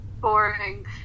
boring